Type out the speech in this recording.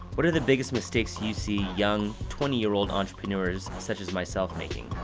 what are the biggest mistakes you see young, twenty year old entrepreneurs such as myself?